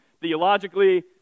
Theologically